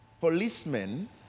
policemen